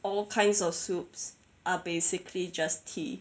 all kinds of soups are basically just tea